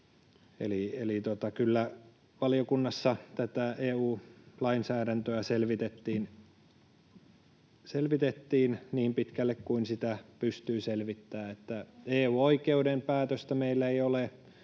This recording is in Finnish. Eli kyllä valiokunnassa tätä EU-lainsäädäntöä selvitettiin niin pitkälle kuin sitä pystyi selvittämään. EU-oikeuden päätöstä meillä ei ole,